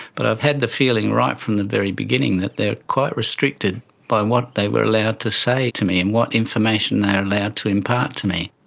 but i've had the feeling right from the very beginning that they're quite restricted by and what they were allowed to say to me and what information they're allowed to impart to me.